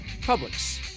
Publix